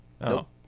Nope